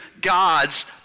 God's